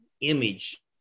image